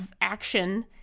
action